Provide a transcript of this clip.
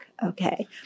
Okay